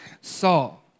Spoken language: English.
Saul